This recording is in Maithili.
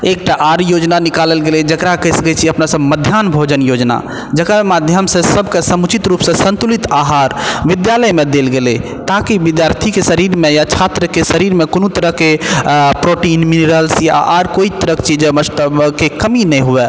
एक टा आर योजना निकालल गेलै जेकरा कहि सकैत छियै अपना सब मध्याह्न भोजन योजना जेकर माध्यम से सबके समुचित रूप से सन्तुलित आहार विद्यालयमे देल गेलै ताकि विद्यार्थीके शरीरमे या छात्रके शरीरमे कोनो तरहके प्रोटिन्स मिनरल्स या आर कोइ तरहके चीजके कमी नहि हुए